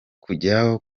kujya